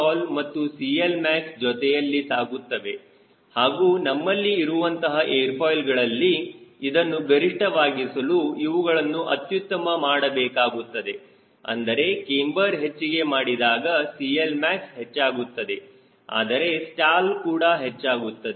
stall ಮತ್ತು CLmax ಜೊತೆಯಲ್ಲಿ ಸಾಗುತ್ತವೆ ಹಾಗೂ ನಮ್ಮಲ್ಲಿ ಇರುವಂತಹ ಏರ್ ಫಾಯ್ಲ್ಗಳಲ್ಲಿ ಇದನ್ನು ಗರಿಷ್ಠವಾಗಿಸಲು ಇವುಗಳನ್ನು ಅತ್ಯುತ್ತಮ ಮಾಡಬೇಕಾಗುತ್ತದೆ ಅಂದರೆ ಕ್ಯಾಮ್ಬರ್ ಹೆಚ್ಚಿಗೆ ಮಾಡಿದಾಗ CLmax ಹೆಚ್ಚಾಗುತ್ತದೆ ಆದರೆ ಸ್ಟಾಲ್ ಕೂಡ ಕಡಿಮೆಯಾಗುತ್ತದೆ